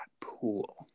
pool